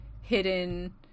hidden